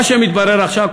מה שמתברר עכשיו,